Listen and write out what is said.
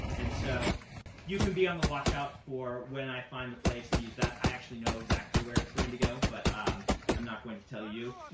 and so you can be on the watch out for when i find the place to use that. i actually know exactly where it's going to go, but um i'm not going to tell you.